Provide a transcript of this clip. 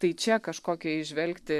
tai čia kažkokį įžvelgti